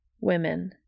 Women